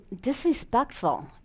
disrespectful